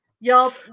Y'all